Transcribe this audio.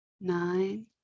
nine